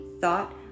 Thought